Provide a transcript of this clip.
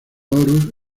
horus